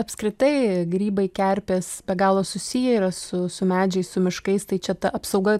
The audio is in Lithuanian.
apskritai grybai kerpės be galo susiję yra su su medžiais su miškais tai čia ta apsauga